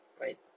right